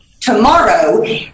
tomorrow